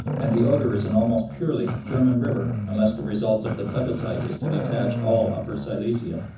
and the oder is an almost purely german river unless the result of the plebiscite is to detach all upper silesia.